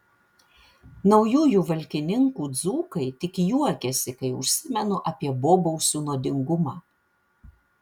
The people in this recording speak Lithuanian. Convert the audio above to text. naujųjų valkininkų dzūkai tik juokiasi kai užsimenu apie bobausių nuodingumą